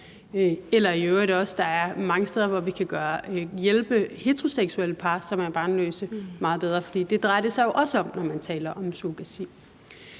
er i øvrigt også mange steder, hvor vi kan hjælpe heteroseksuelle par, som er barnløse, meget bedre, for det drejer det sig jo også om, når man taler om surrogati.